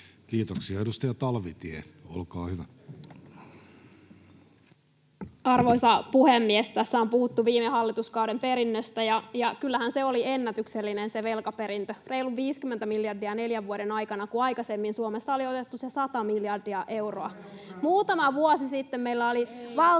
Kiitoksia. — Edustaja Talvitie, olkaa hyvä. Arvoisa puhemies! Tässä on puhuttu viime hallituskauden perinnöstä, ja kyllähän se velkaperintö oli ennätyksellinen: reilu 50 miljardia neljän vuoden aikana, kun aikaisemmin Suomessa oli otettu se 100 miljardia euroa. Muutama vuosi sitten meillä oli valtion